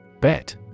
Bet